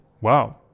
Wow